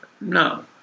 No